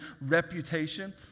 reputation